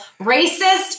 racist